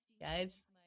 guys